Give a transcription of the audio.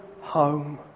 home